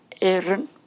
Aaron